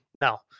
no